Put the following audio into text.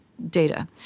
data